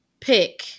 pick